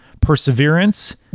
perseverance